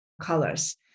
colors